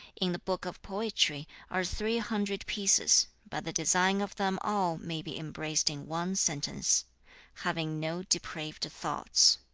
in the book of poetry are three hundred pieces, but the design of them all may be embraced in one sentence having no depraved thoughts.